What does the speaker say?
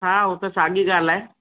हा हूअ त साॻी ॻाल्हि आहे